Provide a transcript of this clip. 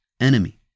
enemy